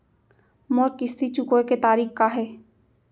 मोर किस्ती चुकोय के तारीक का हे?